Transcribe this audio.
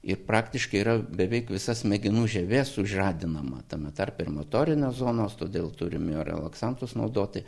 ir praktiškai yra beveik visa smegenų žievė sužadinama tame tarpe ir motorinės zonos todėl turim ir relaksantus naudoti